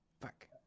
fuck